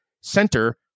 center